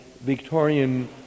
Victorian